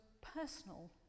personal